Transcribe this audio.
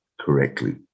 correctly